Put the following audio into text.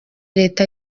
leta